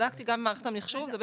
בדקתי גם במערכת המחשוב, זה בסדר.